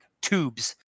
tubes